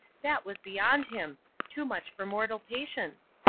that was beyond him too much for mortal patience!